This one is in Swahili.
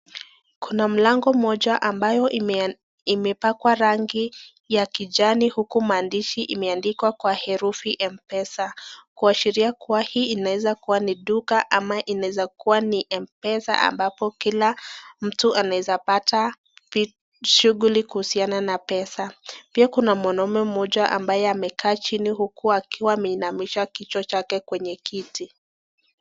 Kuna mlango mmoja ambayo imepakwa rangi ya kijani huku maandishi imeandikwa kwa herufi M-pesa. Kuashiria kuwa hii inaeza kuwa ni duka ama inaeza kuwa ni M-pesa ambapo kila mtu anaweza pata shughuli kuhusiana na pesa. Pia kuna mwanamme mmoja ambaye amekaa chini huku akiwa ameinamisha kichwa chake kwenye kiti.